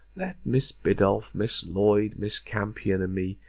let miss biddulph, miss lloyd, miss campion, and me,